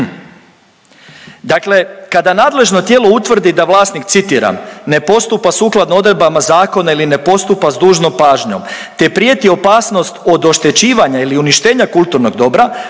Dakle, kada nadležno tijelo utvrdi da vlasnik citiram, ne postupa sukladno odredbama zakona ili ne postupa s dužnom pažnjom te prijeti opasnost od oštećivanja ili uništenja kulturnog dobra